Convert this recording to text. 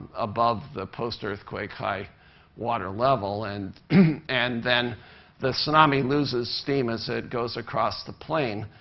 above the post-earthquake high water level. and and then the tsunami loses steam as it goes across the plain,